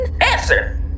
Answer